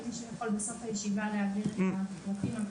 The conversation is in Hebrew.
אם מישהו יכול בסוף הישיבה להעביר את הפרטים.